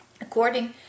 According